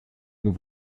nous